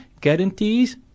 guarantees